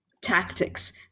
tactics